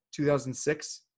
2006